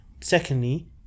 Secondly